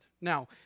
Now